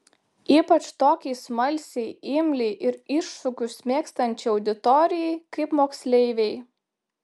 ypač tokiai smalsiai imliai ir iššūkius mėgstančiai auditorijai kaip moksleiviai